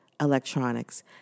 electronics